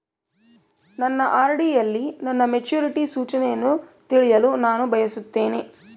ನನ್ನ ಆರ್.ಡಿ ಯಲ್ಲಿ ನನ್ನ ಮೆಚುರಿಟಿ ಸೂಚನೆಯನ್ನು ತಿಳಿಯಲು ನಾನು ಬಯಸುತ್ತೇನೆ